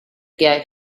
get